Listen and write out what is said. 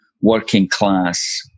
working-class